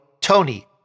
Tony